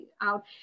out